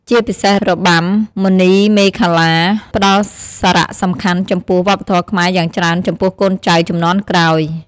ជាពិសេសរបាំមុនីមាឃលា ផ្តល់សារសំខាន់ចំពោះវប្បធម៌ខ្មែរយ៉ាងច្រើនចំពោះកូនចៅជំនាន់ក្រោយ។